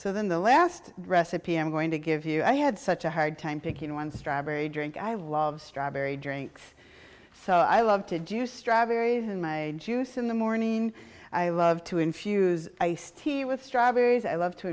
so than the last recipe i'm going to give you i had such a hard time picking one strieber a drink i love strawberry drinks so i love to do strive very in my juice in the morning i love to infuse iced tea with strawberries i love to